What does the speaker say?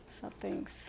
Something's